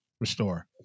Restore